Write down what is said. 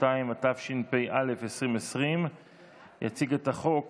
62), התשפ"א 2020. יציג את החוק